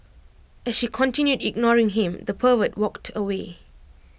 as she continued ignoring him the pervert walked away